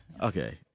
okay